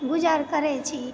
गुजर करै छी